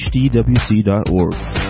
hdwc.org